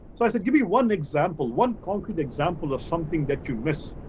so i said give me one example, one concrete example of something that you miss.